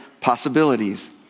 possibilities